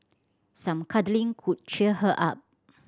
some cuddling could cheer her up